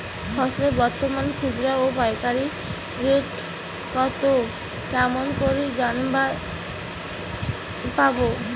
ফসলের বর্তমান খুচরা ও পাইকারি রেট কতো কেমন করি জানিবার পারবো?